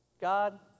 God